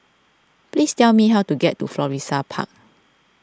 please tell me how to get to Florissa Park